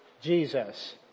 Jesus